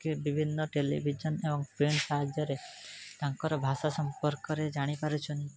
ବିଭିନ୍ନ ଟେଲିଭିଜନ୍ ଏବଂ ସାହାଯ୍ୟରେ ତାଙ୍କର ଭାଷା ସମ୍ପର୍କରେ ଜାଣି ପାରୁଛନ୍ତି